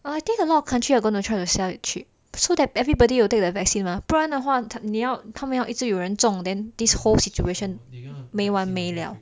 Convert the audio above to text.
well I think a lot of country are gonna try to sell it cheap so that everybody will take the vaccine mah 不然的话你要他们一直要有人中 then this whole situation 没完没了